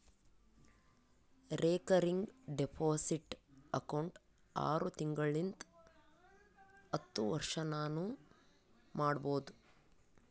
recurring deposit account ಆರು ತಿಂಗಳಿಂತ್ ಹತ್ತು ವರ್ಷತನಾನೂ ಮಾಡ್ಬೋದು